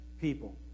people